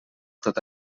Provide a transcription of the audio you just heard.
tot